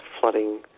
flooding